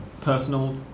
personal